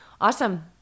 Awesome